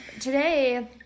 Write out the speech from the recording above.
today